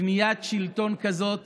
שקניית שלטון כזאת